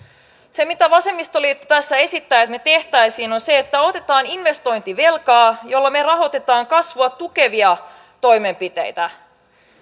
se mitä vasemmistoliitto tässä esittää että me tekisimme on se että otetaan investointivelkaa jolla me rahoitamme kasvua tukevia toimenpiteitä